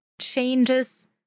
changes